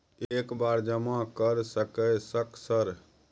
एक बार जमा कर सके सक सर?